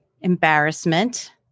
embarrassment